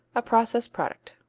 a process product.